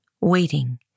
waiting